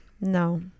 no